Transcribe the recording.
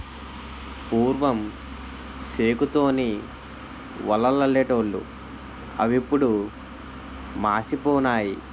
పూర్వం సేకు తోని వలలల్లెటూళ్లు అవిప్పుడు మాసిపోనాయి